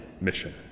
mission